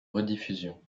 rediffusions